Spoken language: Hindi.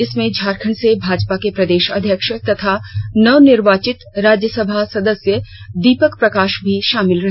इनमें झारखंड से भाजपा के प्रदेश अध्यक्ष तथा नवनिर्वाचित राज्यसभा सदस्य दीपक प्रकाश भी शामिल रहे